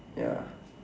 ya